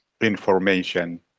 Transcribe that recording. information